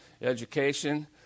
Education